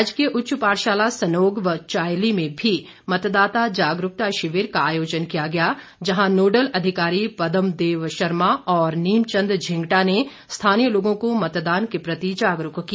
राजकीय उच्च पाठशाला सनोग व चायली में भी मतदाता जागरूकता शिविर का आयोजन किया गया जहां नोडल अधिकारी पदम देव शर्मा और नीम चंद झिंगटा ने स्थानीय लोगों को मतदान के प्रति जागरूक किया